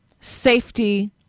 safety